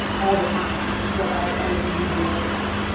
all the time that i end up using later.